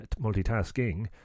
multitasking